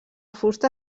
fusta